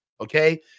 okay